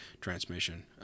transmission